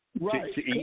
right